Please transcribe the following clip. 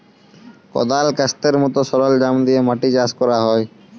কদাল, ক্যাস্তের মত সরলজাম দিয়ে মাটি চাষ ক্যরা হ্যয়